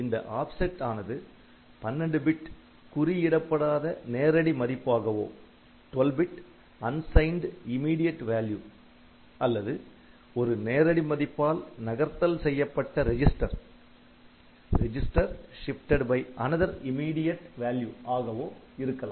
இந்த ஆப்செட் ஆனது 12 பிட் குறி இடப்படாத நேரடி மதிப்பாகவோ அல்லது ஒரு நேரடி மதிப்பால் நகர்த்தல் செய்யப்பட்ட ரெஜிஸ்டர் ஆகவோ இருக்கலாம்